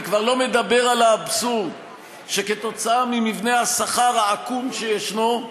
אני כבר לא מדבר על האבסורד שכתוצאה ממבנה השכר העקום שישנו,